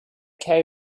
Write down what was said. kei